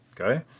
okay